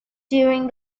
during